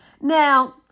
now